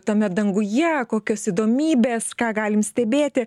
tame danguje kokios įdomybės ką galim stebėti